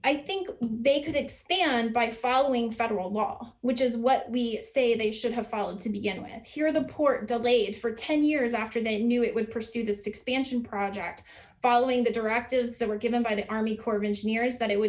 i think they could expand by following federal law which is what we say they should have filed to begin with here in the port delayed for ten years after they knew it would pursue this expansion project following the directives that were given by the army corps of engineers that it would